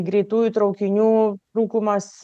greitųjų traukinių trūkumas